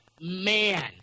man